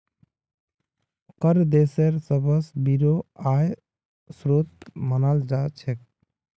कर देशेर सबस बोरो आय स्रोत मानाल जा छेक